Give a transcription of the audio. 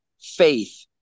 faith